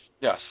Yes